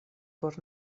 por